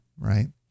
right